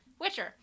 Witcher